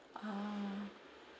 ah